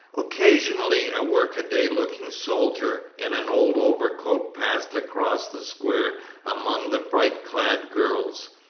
occasionally a workaday-looking soldier in an old overcoat passed across the square among the bright-clad girls.